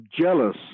jealous